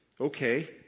okay